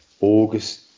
August